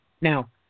Now